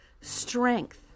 strength